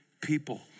people